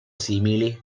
simili